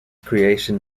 creation